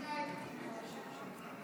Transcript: איך מאייתים את השם שלך?